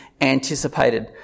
anticipated